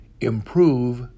Improve